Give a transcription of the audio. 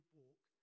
walk